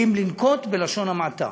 אם לנקוט לשון המעטה.